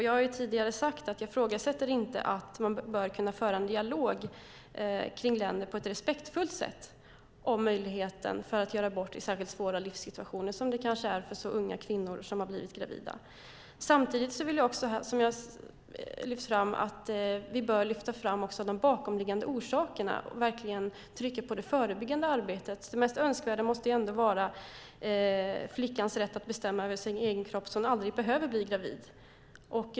Jag har tidigare sagt att jag inte ifrågasätter att man bör kunna föra en dialog kring länder på ett respektfullt sätt om möjligheten att göra abort i särskilt svåra livssituationer, som det kanske är för unga kvinnor som har blivit gravida. Samtidigt tycker jag att vi också bör lyfta fram de bakomliggande orsakerna och verkligen trycka på det förebyggande arbetet. Det mest önskvärda måste ändå vara flickans rätt att bestämma över sin egen kropp så att hon aldrig behöver bli gravid.